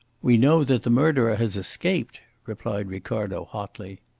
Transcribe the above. we know that the murderer has escaped, replied ricardo hotly.